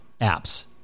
apps